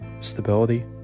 stability